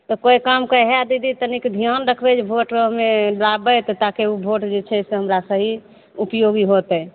तऽ कोइ कामके हए दीदी तनिक ध्यान रखबय जे वोटमे दाबबय तऽ ताकि उ वोट जे छै से हमरा सही उपयोगी होतय